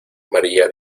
maría